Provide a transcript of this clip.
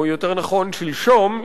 או יותר נכון שלשום,